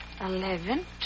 eleven